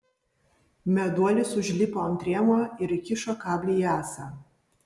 meduolis užlipo ant rėmo ir įkišo kablį į ąsą